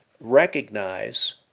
recognize